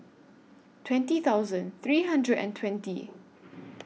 twenty thousand three hundred and twenty